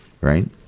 right